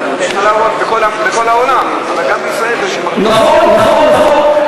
בכל העולם, וגם בישראל, נכון, נכון, נכון.